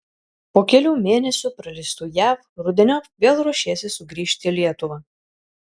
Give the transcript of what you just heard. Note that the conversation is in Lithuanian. po kelių mėnesių praleistų jav rudeniop vėl ruošiesi sugrįžti į lietuvą